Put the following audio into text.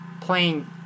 playing